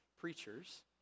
preachers